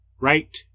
right